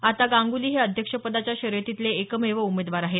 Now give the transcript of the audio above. आता गांगुली हे अध्यक्षपदाच्या शर्यतीतले एकमेव उमेदवार आहेत